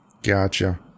Gotcha